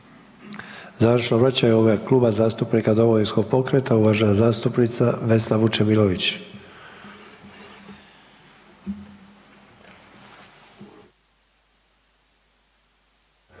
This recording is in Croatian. završno obraćanje u ime Kluba zastupnika Domovinskog pokreta uvažena zastupnica Vesna Vučemilović.